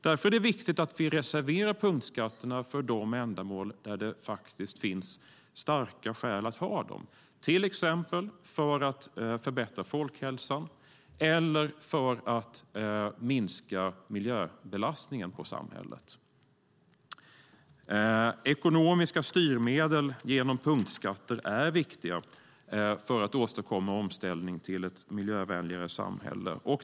Därför är det viktigt att vi reserverar punktskatterna för de ändamål där det finns starka skäl att ha dem, till exempel för att förbättra folkhälsan eller för att minska miljöbelastningen på samhället. Ekonomiska styrmedel genom punktskatter är viktiga för att åstadkomma en omställning till ett miljövänligare samhälle.